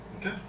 Okay